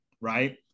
right